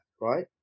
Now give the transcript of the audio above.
right